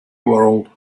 world